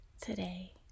today